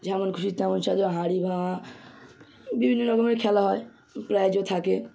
যেমন খুশি তেমন সাজো হাঁড়ি ভাঙা বিভিন্ন রকমের খেলা হয় প্রাইজও থাকে